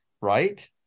right